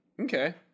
Okay